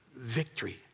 victory